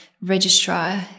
registrar